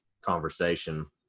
conversation